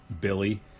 Billy